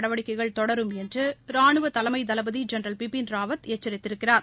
நடவடிக்கைகள் தொடரும் என்று ரானுவ தலைமை தளபதி ஜெனரல் பிபின் ராவத் எச்சரித்திருக்கிறாா